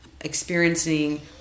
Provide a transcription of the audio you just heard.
experiencing